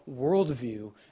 worldview